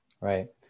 Right